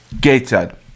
Gateshead